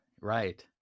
Right